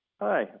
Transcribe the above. Hi